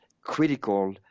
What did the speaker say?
critical